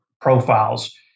profiles